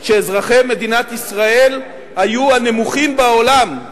כשאזרחי מדינת ישראל היו הנמוכים בעולם,